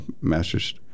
master's